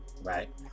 Right